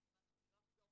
וכמובן שאני לא אחזור.